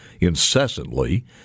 incessantly